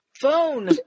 Phone